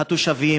התושבים,